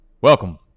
Welcome